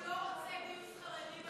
אז אולי הצבא יגיד שהוא לא רוצה גיוס חרדי,